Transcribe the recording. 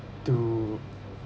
to